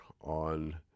on